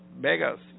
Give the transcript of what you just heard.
Vegas